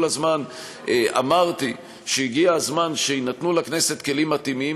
כל הזמן אמרתי שהגיע הזמן שיינתנו לכנסת כלים מתאימים.